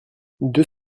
deux